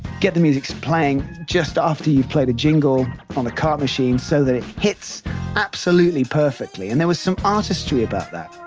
get the music playing and just after you played the jingle on the cart machine so that it hits absolutely perfectly. and there was some artistry about that.